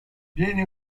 viene